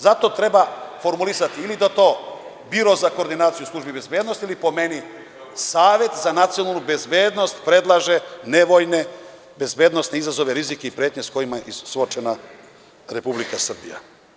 Zato treba formulisati ili da to radi Biro za koordinaciju službi bezbednosti ili po meni, Savet za nacionalnu bezbednost predlaže nevojne bezbednosne izazove, rizike i pretnje sa kojima je suočena Republika Srbija.